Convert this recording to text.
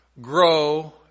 grow